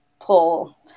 pull